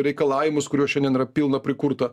reikalavimus kuriuos šiandien yra pilna prikurta